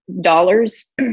dollars